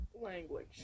language